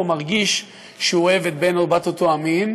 מרגיש שהוא אוהב את בן או בת אותו המין,